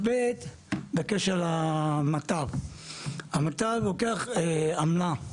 המטב לוקח עמלה.